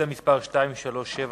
שאילתא מס' 237,